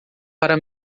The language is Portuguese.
para